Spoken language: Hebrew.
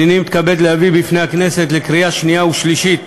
הנני מתכבד להביא בפני הכנסת לקריאה שנייה ושלישית